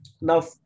Now